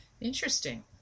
Interesting